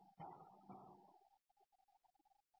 কারণ না যে